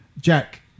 Jack